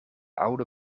oude